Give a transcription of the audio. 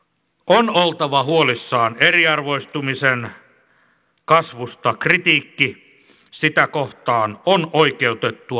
on oltava huolissaan eriarvoistumisen kasvusta kritiikki sitä kohtaan on oikeutettua